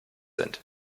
sind